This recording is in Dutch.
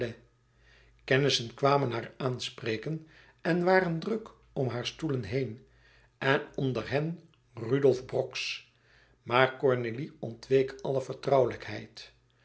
kennissen kwamen haar aanspreken en waren druk om hare stoelen heen en onder hen udolf rox aar ornélie ontweek alle vertrouwelijkheid